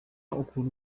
ukuntu